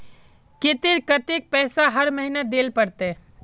केते कतेक पैसा हर महीना देल पड़ते?